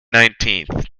nineteenth